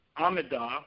Amida